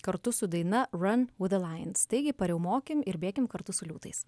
kartu su daina ran viz de lajens taigi pariaumokim ir bėkim kartu su liūtais